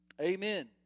amen